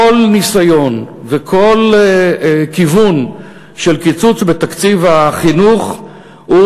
כל ניסיון וכל כיוון של קיצוץ בתקציב החינוך הוא